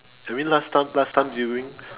I mean last time last time during